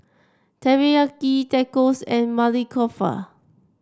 Teriyaki Tacos and Maili Kofta